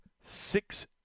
six